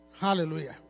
Hallelujah